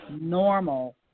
normal